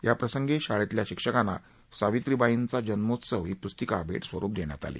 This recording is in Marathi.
याप्रसंगी शाळेतील शिक्षकांना सावित्रीबाईंचा जन्मोत्सवही पुस्तिका भेट स्वरूप देण्यात आली